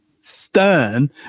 stern